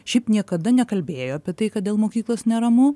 šiaip niekada nekalbėjo apie tai kad dėl mokyklos neramu